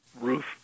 ruth